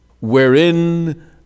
wherein